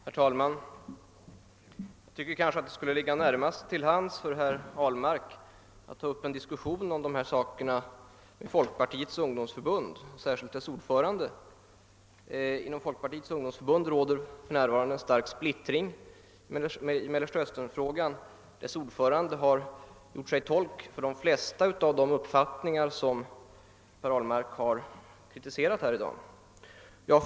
Herr talman! Jag tycker kanske det skulle ligga närmast till hands för herr Ahlmark att ta upp en diskussion om dessa saker med folkpartiets ungdomsförbund och särskilt med dess ordförande. Inom folkpartiets ungdomsförbund råder för närvarande en stark splittring i Mellersta Östern-frågan. Dess ordförande har gjort sig till tolk för de flesta av de uppfattningar som herr Ahlmark har kritiserat här i dag.